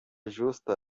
justa